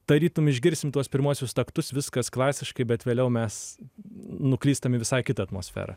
tarytum išgirsim tuos pirmuosius taktus viskas klasiškai bet vėliau mes nuklystam į visai kitą atmosferą